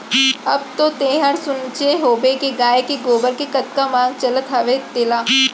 अब तो तैंहर सुनेच होबे के गाय के गोबर के कतका मांग चलत हवय तेला